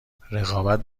رقابت